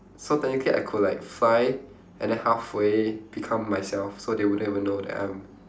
so technically I could like fly and then halfway become myself so they wouldn't even know that I'm